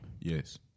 Yes